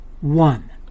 one